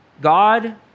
God